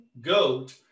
goat